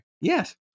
Yes